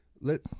let